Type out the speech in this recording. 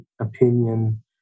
opinion